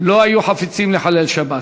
הם לא היו חפצים לחלל שבת.